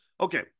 okay